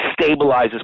stabilizes